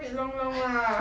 wait long long lah